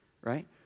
Right